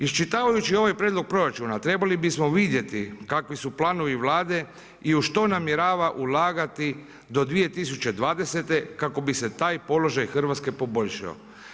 Iščitavajući ovaj prijedlog proračuna trebali bismo vidjeti kakvi su planovi Vlade i u što namjerava ulagati do 2020. kako bi se taj položaj Hrvatske poboljšao.